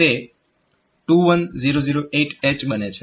જેથી તે 21008H બને છે